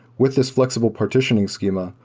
with this flexible partitioning schema,